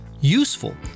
useful